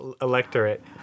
electorate